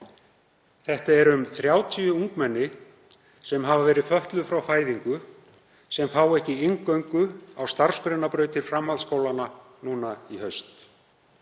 Það eru um 30 ungmenni sem hafa verið fötluð frá fæðingu sem fá ekki inngöngu á starfsgreinabrautum framhaldsskólanna nú í haust.